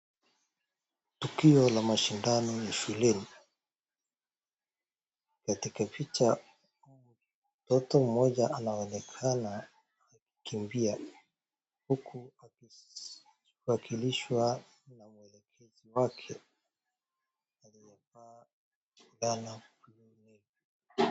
Tukio la mashindano ya shuleni. Katika picha mtu mmoja anaonekana akikimbia huku akiwakilishwa na mwelekezi wake aliyevaa.